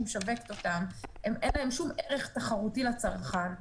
משווקת אותן ואין להן שום ערך תחרותי לצרכן.